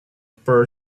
bird